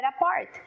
apart